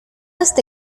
este